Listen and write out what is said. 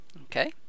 Okay